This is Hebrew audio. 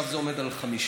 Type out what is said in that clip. עכשיו זה עומד על 53,